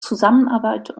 zusammenarbeit